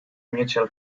mutual